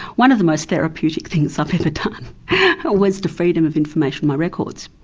one of the most therapeutic things i've ever done was to freedom of information my records